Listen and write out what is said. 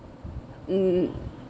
mm